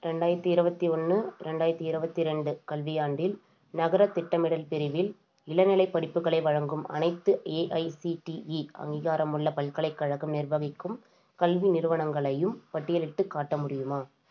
ரெண்டாயிரத்தி இருபத்தி ஒன்று ரெண்டாயிரத்தி இருபத்தி ரெண்டு கல்வியாண்டில் நகரத் திட்டமிடல் பிரிவில் இளநிலைப் படிப்புக்களை வழங்கும் அனைத்து ஏஐசிடிஇ அங்கீகாரமுள்ள பல்கலைக்கழகம் நிர்வகிக்கும் கல்வி நிறுவனங்களையும் பட்டியலிட்டுக் காட்ட முடியுமா